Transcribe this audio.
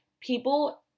people